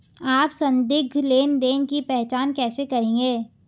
आप संदिग्ध लेनदेन की पहचान कैसे करेंगे?